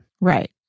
Right